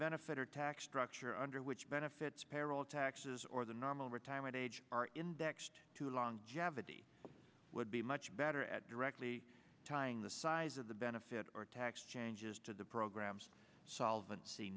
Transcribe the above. benefit or tax structure under which benefits payroll taxes or the normal retirement age are indexed to longevity would be much better at directly tying the size of the benefit or tax changes to the programs solven